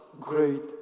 great